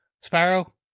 sparrow